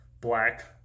black